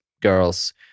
girls